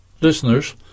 Listeners